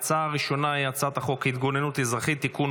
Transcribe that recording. ההצעה הראשונה היא הצעת חוק ההתגוננות האזרחית (תיקון,